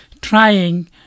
trying